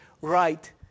right